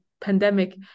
pandemic